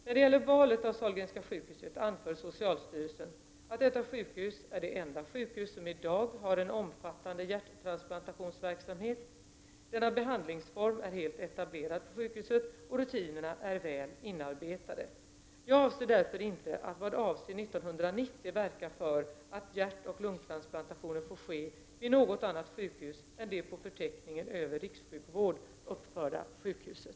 När det gäller valet av Sahlgrenska sjukhuset anför socialstyrelsen att detta sjukhus är det enda sjukhus som i dag har en omfattande hjärttransplantationsverksamhet. Denna behandlingsform är helt etablerad på sjukhuset, och rutinerna är väl inarbetade. Jag avser därför inte att vad avser 1990 verka för att hjärtoch lungtransplantationer får ske vid något annat sjukhus än det på förteckningen över rikssjukvård uppförda sjukhuset.